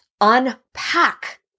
unpack